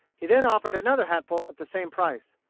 he then offered another hatful at the same price.